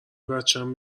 بچم